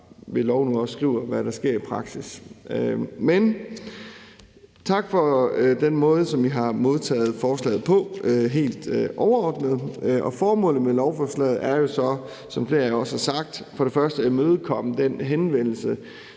ved lov nu skriver, hvad der sker i praksis. Men tak for den måde, som I helt overordnet har modtaget forslaget på. Formålet med lovforslaget er jo, som flere af jer også har sagt, at imødekomme den henvendelse,